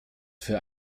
für